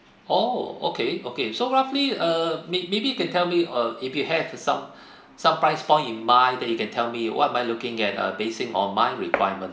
orh okay okay so roughly uh may maybe you can tell me uh if you have some some price point in mind that you can tell me what am I looking at a basic or mine requirement